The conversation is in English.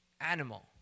animal